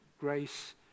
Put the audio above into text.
grace